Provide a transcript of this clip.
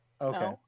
okay